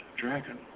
Dragon